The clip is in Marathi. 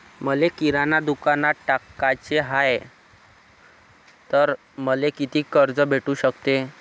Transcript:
मले किराणा दुकानात टाकाचे हाय तर मले कितीक कर्ज भेटू सकते?